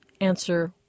answer